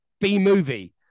B-movie